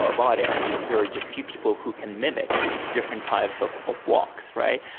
ah but and are just few people who can mimic different types of of walks, right?